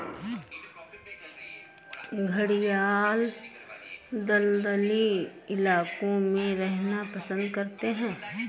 घड़ियाल दलदली इलाकों में रहना पसंद करते हैं